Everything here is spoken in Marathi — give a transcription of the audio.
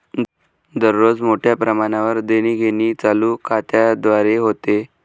दररोज मोठ्या प्रमाणावर देणीघेणी चालू खात्याद्वारे होते